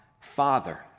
Father